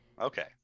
okay